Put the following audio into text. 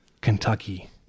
Kentucky